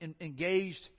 engaged